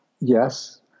Yes